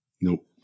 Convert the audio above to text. Nope